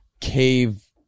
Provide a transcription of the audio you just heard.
cave